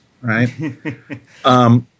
right